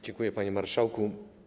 Dziękuję, panie marszałku.